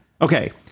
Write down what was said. Okay